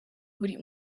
buri